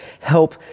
help